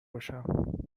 باشم